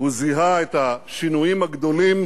הוא זיהה את השינויים הגדולים